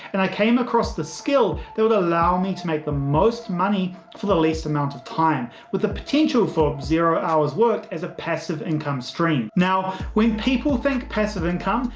and came across the skill that would allow me to make the most money for the least amount of time with the potential for zero hours worked as a passive income stream. now when people think passive income,